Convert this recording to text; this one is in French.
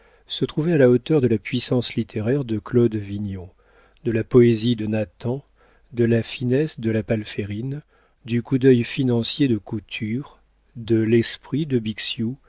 se trouvaient à la hauteur de la puissance littéraire de claude vignon de la poésie de nathan de la finesse de la palférine du coup d'œil financier de couture de l'esprit de bixiou